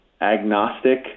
agnostic